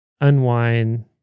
unwind